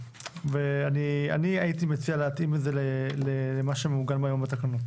אני הייתי מציע להתאים את זה למה שמעוגן היום בתקנות